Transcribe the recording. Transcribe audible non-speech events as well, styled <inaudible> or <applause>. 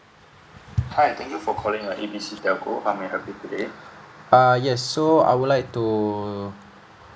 <noise> uh yes so I would like to